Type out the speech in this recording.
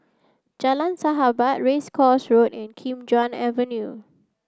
Jalan Sahabat Race Course Road and Kim Chuan Avenue